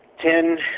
ten